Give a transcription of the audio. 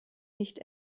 nicht